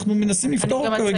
אנחנו מנסים לפתור את הסוגיה.